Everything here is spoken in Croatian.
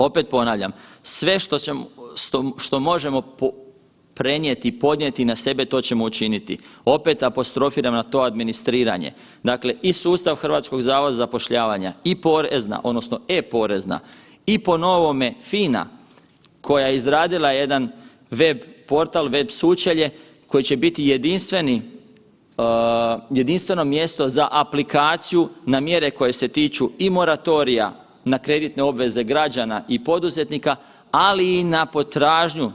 Opet ponavljam, sve što možemo prenijeti i podnijeti na sebe to ćemo učiniti, opet apostrofiram na to administriranje, dakle i sustav HZZ-a i Porezna odnosno e-Porezna i po novome FINA koja je izradila jedan web portal, web sučelje koje će biti jedinstveno mjesto za aplikaciju na mjere koje se tiču i moratorija na kreditne obveze građana i poduzetnika, ali i na potražnju.